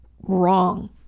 wrong